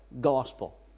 gospel